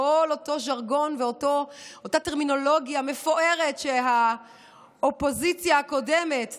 כל אותו ז'רגון ואותה טרמינולוגיה מפוארת שהאופוזיציה הקודמת דאז,